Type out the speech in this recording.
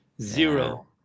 zero